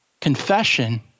confession